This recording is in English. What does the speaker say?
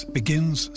begins